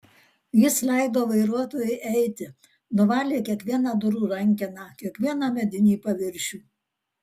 jis leido vairuotojui eiti nuvalė kiekvieną durų rankeną kiekvieną medinį paviršių